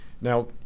Now